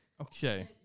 Okay